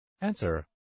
Answer